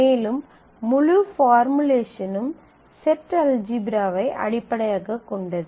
மேலும் முழு பார்முலேஷனும் செட் அல்ஜீப்ராவை அடிப்படையாகக் கொண்டது